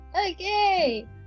Okay